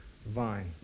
vine